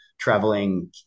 traveling